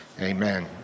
Amen